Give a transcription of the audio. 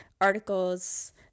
articles